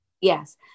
yes